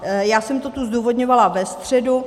Já jsem to tu zdůvodňovala ve středu.